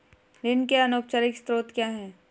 ऋण के अनौपचारिक स्रोत क्या हैं?